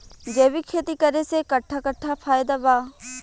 जैविक खेती करे से कट्ठा कट्ठा फायदा बा?